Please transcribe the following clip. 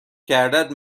کردت